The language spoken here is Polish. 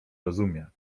rozumie